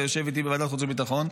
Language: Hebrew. אתה יושב איתי בוועדת חוץ וביטחון: